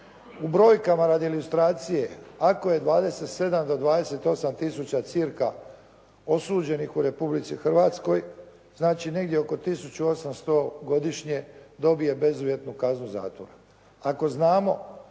U brojkama radi ilustracije, ako je 27 do 28 tisuća cca osuđenih u Republici Hrvatskoj, znači negdje oko 1800 godišnje dobije bezuvjetnu kaznu zatvora. Ako znamo